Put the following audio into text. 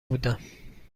بودم